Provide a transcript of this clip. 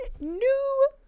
New